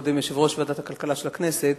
יושב-ראש ועדת הכלכלה של הכנסת,